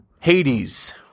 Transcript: Hades